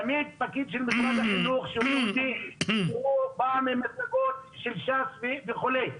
תמיד פקיד של משרד החינוך שהוא בא ממפלגות של ש"ס וכו'.